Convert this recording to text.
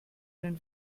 den